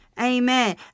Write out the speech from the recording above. Amen